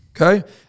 Okay